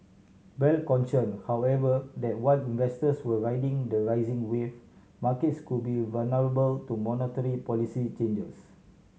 bell cautioned however that while investors were riding the rising wave markets could be vulnerable to monetary policy changes